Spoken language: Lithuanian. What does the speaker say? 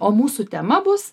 o mūsų tema bus